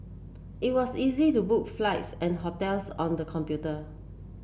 it was easy to book flights and hotels on the computer